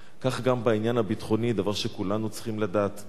כך גם בעניין הביטחוני, דבר שכולנו צריכים לדעת.